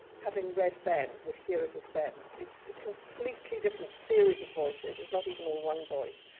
having read behn, would hear it as behn's. it's a completely different series of voices. it's not even one one voice.